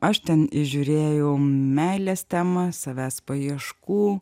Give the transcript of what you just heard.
aš ten įžiūrėjau meilės temą savęs paieškų